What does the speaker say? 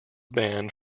banned